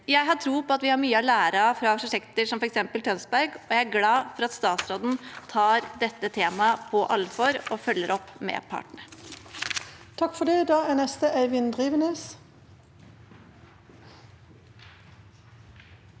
har tro på at vi har mye å lære av prosjekter som f.eks. det i Tønsberg, og jeg er glad for at statsråden tar dette temaet på alvor og følger opp med partene.